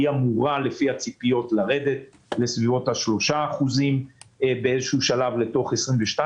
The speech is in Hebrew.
אמורה לפי הציפיות לרדת לסביבות 3% באיזשהו שלב בשנת 2022,